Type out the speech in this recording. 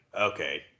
okay